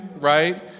right